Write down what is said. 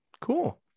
Cool